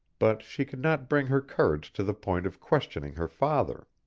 but she could not bring her courage to the point of questioning her father.